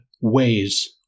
ways